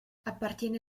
appartiene